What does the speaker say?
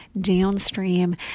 downstream